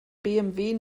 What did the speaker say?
bmw